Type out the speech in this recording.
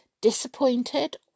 disappointed